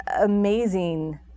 amazing